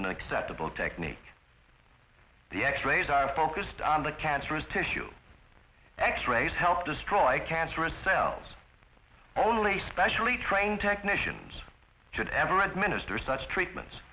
an acceptable technique the x rays are focused on the cancerous tissue x rays help destroy cancerous cells only specially trained technicians should ever administer such treatments